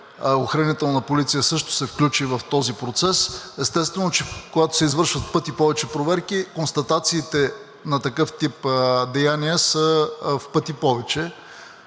Охранителна полиция също се включи в този процес. Естествено, че когато се извършват в пъти повече проверки, констатациите на такъв тип деяния са в пъти повече.